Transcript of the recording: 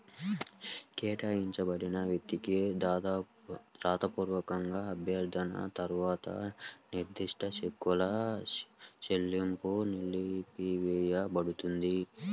కేటాయించిన వ్యక్తికి రాతపూర్వక అభ్యర్థన తర్వాత నిర్దిష్ట చెక్కుల చెల్లింపు నిలిపివేయపడుతుంది